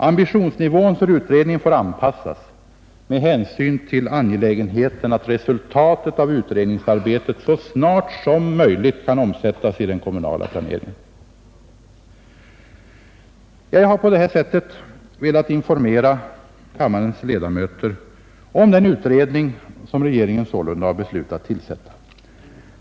Ambitionsnivån för utredningen får anpassas med hänsyn till angelägenheten av att resultatet av utredningsarbetet så snart som möjligt kan omsättas i den kommunala planeringen. Jag har på det här sättet velat informera kammarens ledamöter om den utredning som regeringen sålunda har beslutat tillsätta.